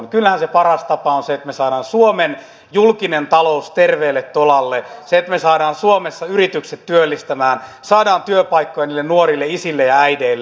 kyllähän se paras tapa on se että me saamme suomen julkisen talouden terveelle tolalle se että me saamme suomessa yritykset työllistämään saamme työpaikkoja niille nuorille isille ja äideille